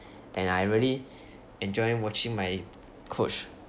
and I really enjoy watching my coach